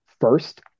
first